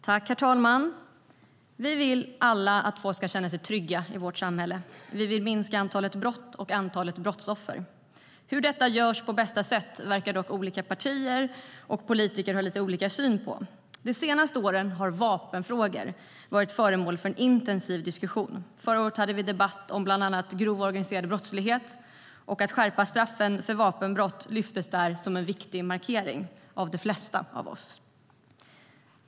Herr talman! Vi vill att alla ska känna sig trygga i vårt samhälle. Vi vill minska antalet brott och antalet brottsoffer. Hur detta görs på bästa sätt verkar dock olika partier och politiker ha lite olika syn på. De senaste åren har vapenfrågor varit föremål för en intensiv diskussion. Förra året hade vi debatt om bland annat grov organiserad brottslighet, och att skärpa straffen för vapenbrott lyftes där upp som en viktig markering av de flesta av oss.